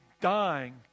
dying